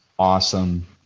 awesome